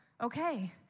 okay